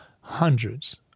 hundreds